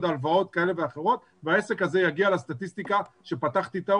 הלוואות כאלה ואחרות והעסק הזה יגיע לסטטיסטיקה שפתחת איתה,